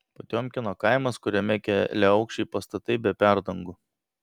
potiomkino kaimas kuriame keliaaukščiai pastatai be perdangų